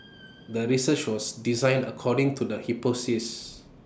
the research was designed according to the hypothesis